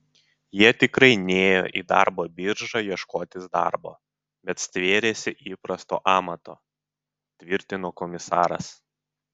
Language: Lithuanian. jie tikrai nėjo į darbo biržą ieškotis darbo bet stvėrėsi įprasto amato tvirtino komisaras